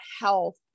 health